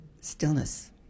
stillness